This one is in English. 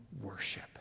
worship